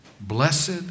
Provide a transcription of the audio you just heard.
Blessed